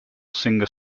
singer